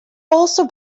also